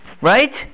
right